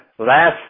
Last